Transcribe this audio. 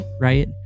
right